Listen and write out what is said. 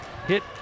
hit